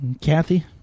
Kathy